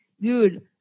dude